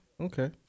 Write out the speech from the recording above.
Okay